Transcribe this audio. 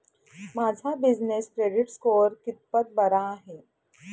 माझा business credit score कितपत बरा आहे?